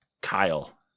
Kyle